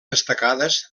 destacades